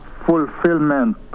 fulfillment